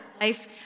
life